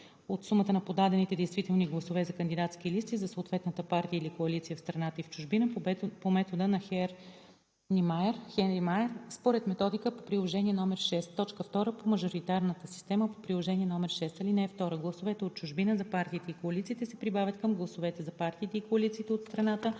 от сумата на подадените действителни гласове за кандидатски листи за съответната партия или коалиция в страната и в чужбина по метода на Хеър-Ниймайер според методиката по приложение № 6; 2. по мажоритарната система по приложение № 6. (2) Гласовете от чужбина за партиите и коалициите се прибавят към гласовете за партиите и коалициите от страната